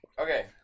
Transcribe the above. Okay